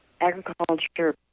agriculture